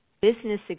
business